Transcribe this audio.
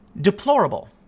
deplorable